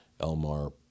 Elmar